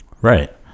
Right